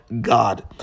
God